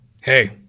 hey